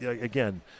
again